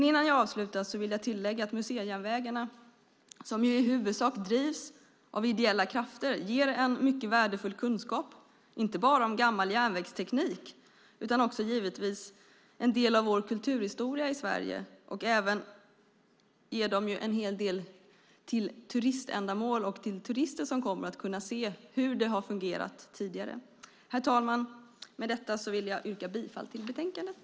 Innan jag avslutar vill jag tillägga att museijärnvägarna som i huvudsak drivs av ideella krafter ger en mycket värdefull kunskap inte bara om gammal järnvägsteknik utan också givetvis om en del av vår kulturhistoria i Sverige. De ger även en hel del till turiständamål och till turister som kommer att kunna se hur det har fungerat tidigare. Herr talman! Jag yrkar bifall till förslaget i betänkandet.